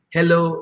Hello